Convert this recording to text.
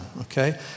okay